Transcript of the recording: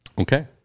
okay